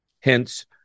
Hence